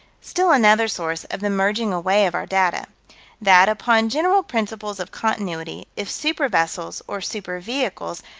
still another source of the merging away of our data that upon general principles of continuity, if super-vessels, or super-vehicles,